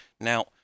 Now